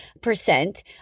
percent